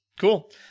cool